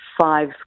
five